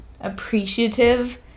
appreciative